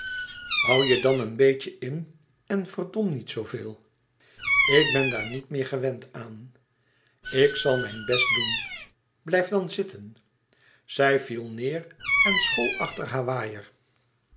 hoû je dan een beetje in en verdom niet zoo veel ik ben daar niet meer gewend aan ik zal mijn best doen blijf dan zitten zij viel neêr en school achter haar waaier